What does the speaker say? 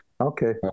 Okay